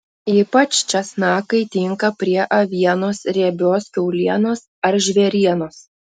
ypač česnakai tinka prie avienos riebios kiaulienos ar žvėrienos